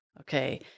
Okay